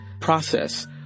process